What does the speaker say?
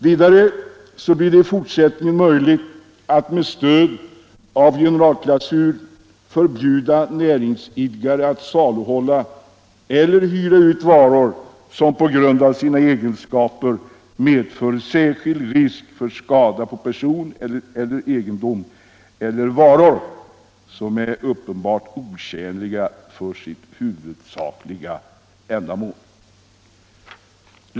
Vidare blir det i fortsättningen möjligt att med stöd av generalklausul förbjuda näringsidkare att saluhålia eller hyra ut varor som på grund av sina egenskaper medför särskild risk för skada på person eller egendom eller varor som är uppenbart otjänliga för sitt huvudsakliga ändamål.